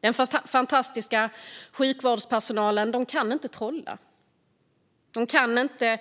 Den fantastiska sjukvårdspersonalen kan inte trolla. De kan inte